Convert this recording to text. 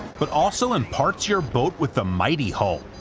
but also imparts your boat with the mighty hull,